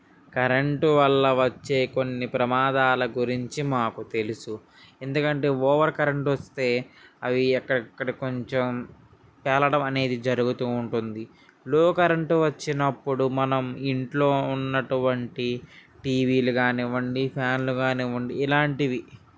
current వల్ల వచ్చే కొన్ని ప్రమాదల గురించి మాకు తెలుసు ఎందుకంటే ఓవర్ కరెంటు వస్తే అవి అక్కడక్కడ కొంచెం పేలడం అనేది జరుగుతూ ఉంటుంది లో కరెంటు వచ్చినప్పుడు మనం ఇంట్లో ఉన్నటువంటి టీవీలు కానివ్వండి ఫ్యానులు కానివ్వండి ఇలాంటివి